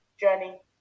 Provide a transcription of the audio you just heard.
journey